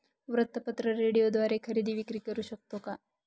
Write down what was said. वृत्तपत्र, रेडिओद्वारे खरेदी विक्री करु शकतो का?